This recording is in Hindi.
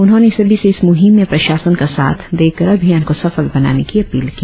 उन्होंने सभी से इस मुहिम में प्रशासन का साथ देकर अभियान को सफल बनाने की अपील की